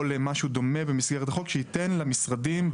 למשהו דומה במסגרת החוק שייתן למשרדים,